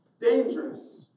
dangerous